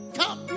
come